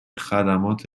خدمات